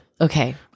Okay